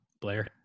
Blair